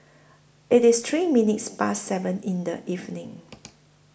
IT IS three minutes Past seven in The evening